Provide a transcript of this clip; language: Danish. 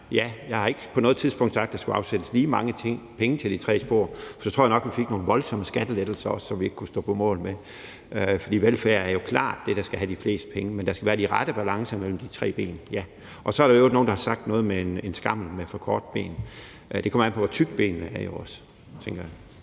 har jeg ikke på noget tidspunkt sagt, at der skulle afsættes lige mange penge til de tre spor, for så tror jeg nok, vi også fik nogle voldsomme skattelettelser, som vi ikke kunne stå på mål for. For velfærd er jo klart det, der skal have de fleste penge, men der skal være de rette balancer mellem de tre ben, ja. Så er der i øvrigt nogen, der har sagt noget med en skammel med for korte ben. Det kommer jo også an på, hvor tykke benene er, tænker jeg.